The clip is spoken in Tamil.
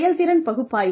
செயல்திறன் பகுப்பாய்வு